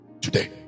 today